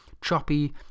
choppy